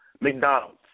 McDonald's